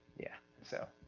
yeah, so.